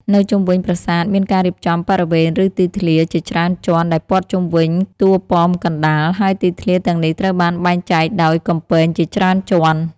នៅជុំវិញប្រាសាទមានការរៀបចំ បរិវេណ ឬទីធ្លា ជាច្រើនជាន់ដែលព័ទ្ធជុំវិញតួប៉មកណ្តាល ហើយទីធ្លាទាំងនេះត្រូវបានបែងចែកដោយ កំពែង ជាច្រើនជាន់។